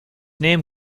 name